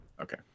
Okay